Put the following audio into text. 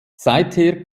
seither